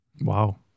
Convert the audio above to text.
Wow